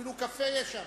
אפילו קפה יש שם.